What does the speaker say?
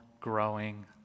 growing